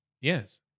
Yes